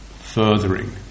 furthering